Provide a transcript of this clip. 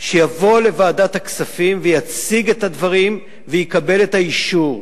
שיבוא לוועדת הכספים ויציג את הדברים ויקבל את האישור,